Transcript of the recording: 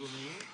אדוני,